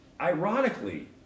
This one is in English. ironically